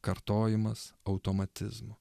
kartojimas automatizmu